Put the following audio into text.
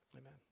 Amen